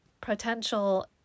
potential